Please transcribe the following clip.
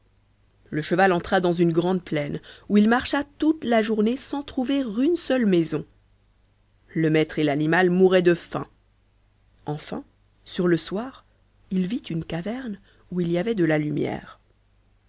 le cheval entra dans une grande plaine où il marcha toute la journée sans trouver une seule maison le maître et l'animal mouraient de faim enfin sur le soir il vit une caverne où il y avait de la lumière